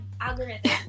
algorithm